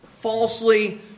falsely